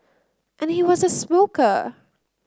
and he was a smoker